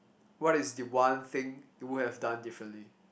what is the one thing you would have done differently